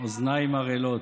אוזניים ערלות.